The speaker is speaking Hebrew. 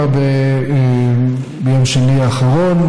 ביום שני האחרון,